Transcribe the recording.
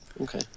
Okay